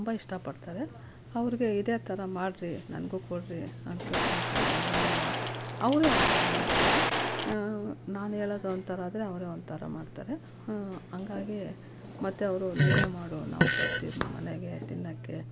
ತುಂಬ ಇಷ್ಟಪಡ್ತಾರೆ ಅವರಿಗೆ ಇದೇ ಥರ ಮಾಡಿರಿ ನನಗು ಕೊಡಿರಿ ಅಂತ ಕೇಳ್ತೀನಿ ಆದರೆ ಅವರು ಅವರೆ ಒಂಥರ ಮಾಡ್ತಾರೆ ನಾನು ಹೇಳೋದು ಒಂಥರ ಆದರೆ ಅವರೆ ಒಂಥರ ಮಾಡ್ತಾರೆ ಹಂಗಾಗಿ ಮತ್ತು ಅವರು ನೀನೆ ಮಾಡು ನಾವು ಬರ್ತೀವಿ ನಿಮ್ಮ ಮನೆಗೆ ತಿನ್ನೊಕ್ಕೆ